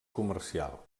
comercial